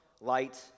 light